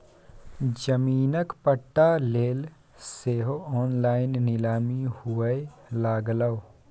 जमीनक पट्टा लेल सेहो ऑनलाइन नीलामी हुअए लागलै